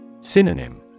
Synonym